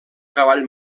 cavall